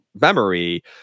memory